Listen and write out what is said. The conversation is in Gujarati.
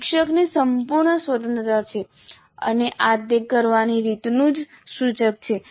શિક્ષકને સંપૂર્ણ સ્વતંત્રતા છે અને આ તે કરવાની રીતનું જ સૂચક છે